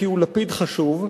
כי הוא לפיד חשוב.